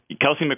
Kelsey